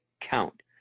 count